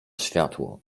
światło